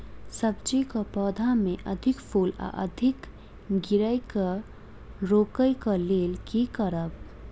सब्जी कऽ पौधा मे अधिक फूल आ फूल गिरय केँ रोकय कऽ लेल की करब?